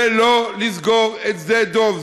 ולא לסגור את שדה דב.